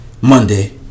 Monday